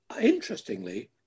interestingly